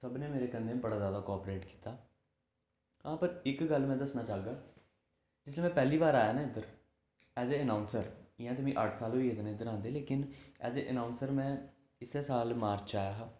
सभनें मेरे कन्नै बड़ा जादा कापरेट कीता हां पर इक गल्ल में दस्सना चाह्गा जिसलै मैं पैह्ली बार आया ना इद्धर ऐज ए अनाउंसर इंया ते मिगी अट्ठ साल होई गे न इद्धर आंदे ऐज ए अनाउंसर में इस्सै साल मार्च च आया हा